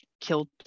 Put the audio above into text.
killed